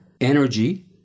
energy